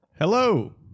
Hello